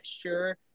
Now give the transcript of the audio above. sure